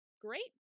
great